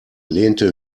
lehnte